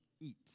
eat